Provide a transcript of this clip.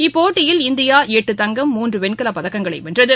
இப்போட்டியில் இந்தியா எட்டு தங்கம் மூன்று வெண்கலப் பதக்கங்களை வென்றது